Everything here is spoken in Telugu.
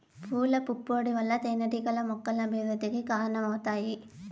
పూల పుప్పొడి వల్ల తేనెటీగలు మొక్కల అభివృద్ధికి కారణమవుతాయి